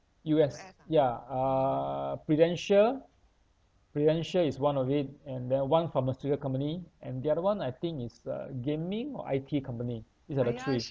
U_S ya uh Prudential Prudential is one of it and then one pharmaceutical company and the other [one] I think is uh gaming or I_T company these are the three